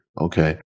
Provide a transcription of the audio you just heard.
okay